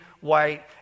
white